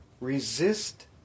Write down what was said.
Resist